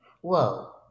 Whoa